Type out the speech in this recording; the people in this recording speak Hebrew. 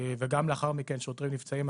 וגם לאחר מכן שוטרים נפצעים.